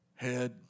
Head